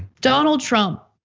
donald trump,